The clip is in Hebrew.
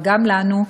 וגם לנו,